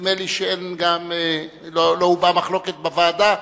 נדמה לי שגם לא הובעה מחלוקת בוועדה.